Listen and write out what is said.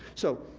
so,